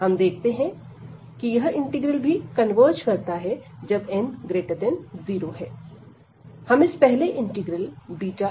हम यह देखते हैं कि यह इंटीग्रल भी कन्वर्ज करता है जब n0 है